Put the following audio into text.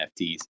NFTs